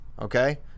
okay